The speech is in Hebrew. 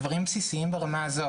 דברים בסיסיים ברמה הזו.